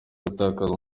gutakaza